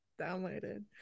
downloaded